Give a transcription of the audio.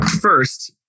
First